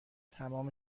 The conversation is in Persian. تمام